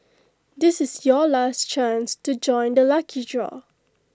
this is your last chance to join the lucky draw